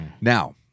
Now